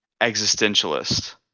existentialist